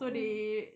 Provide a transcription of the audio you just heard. mm